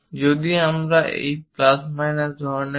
যদি এটি plus minus ধরনের টলারেন্স হয়